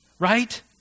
right